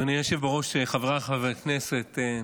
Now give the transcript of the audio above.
אדוני היושב בראש, חבריי חברי הכנסת,